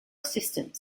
assistant